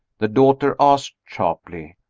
the daughter asked sharply,